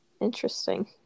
Interesting